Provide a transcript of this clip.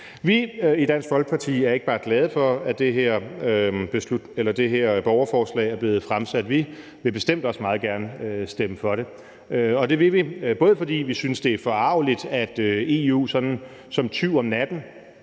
Vi i Dansk Folkeparti er ikke bare glade for, at det her borgerforslag er blevet fremsat, men vi vil bestemt også meget gerne stemme for det. Og det vil vi også, fordi vi synes, det er forargeligt, at EU sådan som en tyv om natten